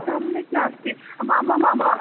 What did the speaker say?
सम्यक् नास्ति मम मम